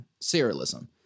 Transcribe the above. serialism